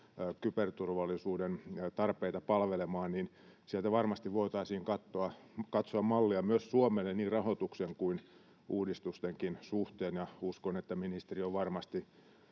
ky-berturvallisuuden tarpeita palvelemaan, niin sieltä varmasti voitaisiin katsoa mallia myös Suomeen niin rahoituksen kuin uudistustenkin suhteen, ja uskon, että ministeri on varmasti